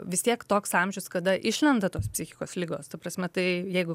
vis tiek toks amžius kada išlenda tos psichikos ligos ta prasme tai jeigu